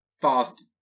fast